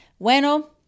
Bueno